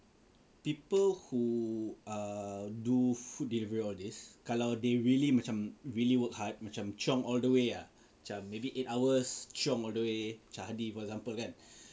people who are do food delivery all this kalau they really macam really work hard macam chiong all the way ah macam maybe eight hours chiong all the way macam Hadi for example kan